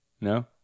No